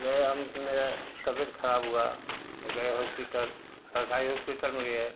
गए हम मेरा तबियत खराब हुआ तो गए हॉस्पिटल सरकारी हॉस्पिटल में गए